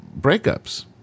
breakups